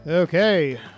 Okay